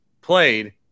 played